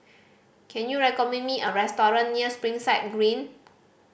can you recommend me a restaurant near Springside Green